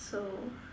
so